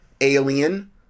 alien